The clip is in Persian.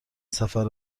سفر